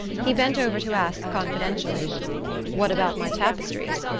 he bent over to ask confidentially what about my tapestries?